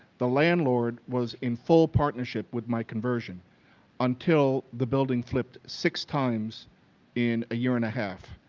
the landlord was in full partnership with my conversion until the building flipped six times in a year and a half.